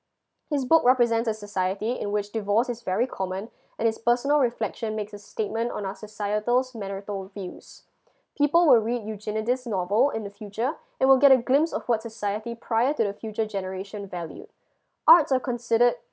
his book represents a society in which divorce is very common and his personal reflection makes a statement on our societal's marital views people would read eugenides' novel in the future and will get a glimpse of what society prior to the future generation value arts are considered